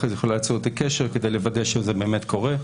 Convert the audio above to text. אחרי זה היא יכולה ליצור איתי קשר כדי לוודא שזה באמת קורה.